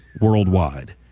worldwide